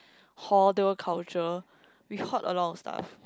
hoarder culture we hoard a lot of stuff